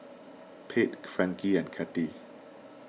Pate Frankie and Kathy